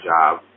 job